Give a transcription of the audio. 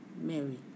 Mary